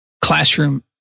classroom